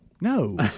No